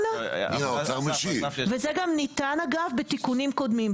ניתן בתיקונים קודמים.